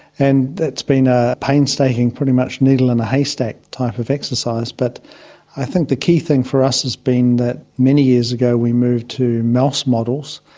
and it's been a painstaking, pretty much needle-in-a-haystack type of exercise. but i think the key thing for us has been that many years ago we moved to mouse models,